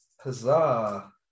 Huzzah